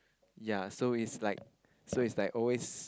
ya so is like so is like always